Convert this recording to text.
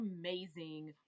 amazing